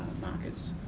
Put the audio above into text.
markets